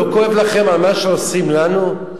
לא כואב לכם על מה שעושים לנו?